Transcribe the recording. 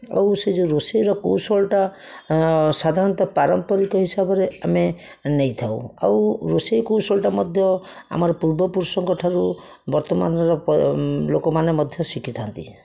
ଆଉ ସେଇ ଯେଉଁ ରୋଷେଇର କୌଶଳଟା ସାଧାରଣତଃ ପାରମ୍ପରିକ ହିସାବରେ ଆମେ ନେଇଥାଉ ଆଉ ରୋଷେଇ କୌଶଳଟା ମଧ୍ୟ ଆମର ପୂର୍ବପୁରୁଷଙ୍କଠାରୁ ବର୍ତ୍ତମାନର ଲୋକମାନେ ମଧ୍ୟ ଶିଖିଥାଆନ୍ତି